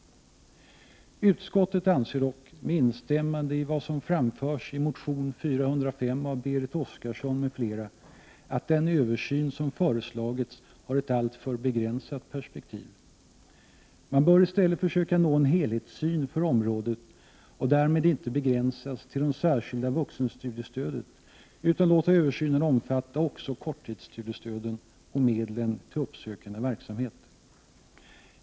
Utskottet anser dock, med instämmande i vad som framförs i motion 405 av Berit Oscarsson m.fl., att den översyn som föreslagits har ett alltför begränsat perspektiv. Man bör i stället försöka nå en helhetssyn för området och därmed inte begränsa den till det särskilda vuxenstudiestödet utan låta den omfatta också korttidsstudiestödet och medlen till uppsökande verksamhet.